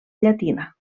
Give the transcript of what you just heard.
llatina